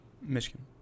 Michigan